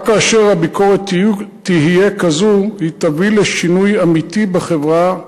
רק כאשר הביקורת תהיה כזו היא תביא לשינוי אמיתי בחברה,